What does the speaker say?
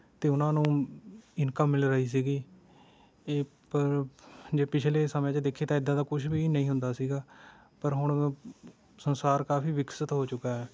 ਅਤੇ ਉਨ੍ਹਾਂ ਨੂੰ ਇਨਕਮ ਮਿਲ ਰਹੀ ਸੀਗੀ ਏ ਪਰ ਜੇ ਪਿਛਲੇ ਸਮੇਂ 'ਚ ਦੇਖੀਏ ਤਾਂ ਏਦਾਂ ਦਾ ਕੁਛ ਵੀ ਨਹੀਂ ਹੁੰਦਾ ਸੀਗਾ ਪਰ ਹੁਣ ਸੰਸਾਰ ਕਾਫੀ ਵਿਕਸਤ ਹੋ ਚੁੱਕਾ ਹੈ